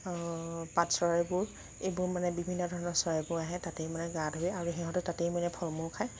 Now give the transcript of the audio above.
পাত চৰাইবোৰ এইবোৰ মানে বিভিন্ন ধৰণৰ চৰাইবোৰ আহে তাতেই মানে গা ধুৱে আৰু সিহঁতে তাতেই মানে ফল মূল খায়